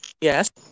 Yes